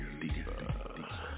Diva